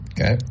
Okay